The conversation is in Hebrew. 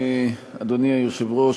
אדוני היושב-ראש,